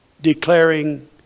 declaring